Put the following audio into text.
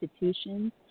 institutions